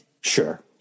Sure